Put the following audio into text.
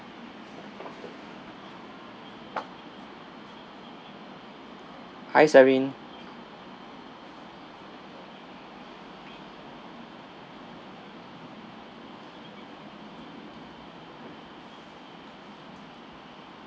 hi serene